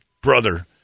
brother